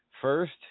first